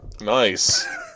Nice